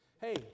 Hey